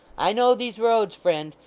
i know these roads, friend.